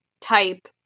type